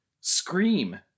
Scream